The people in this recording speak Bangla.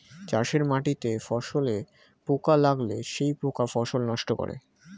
চাষের মাটিতে ফসলে পোকা লাগলে সেই পোকা ফসল নষ্ট করে